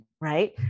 right